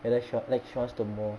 and then she like she wants to move